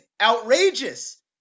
outrageous